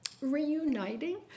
reuniting